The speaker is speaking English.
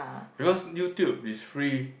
because YouTube is free